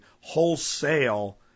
wholesale